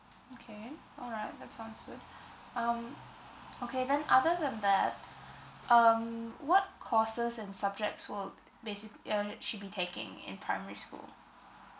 okay alright that sounds good um okay then other than that um what courses and subjects would basic~ uh she'll be taking in primary school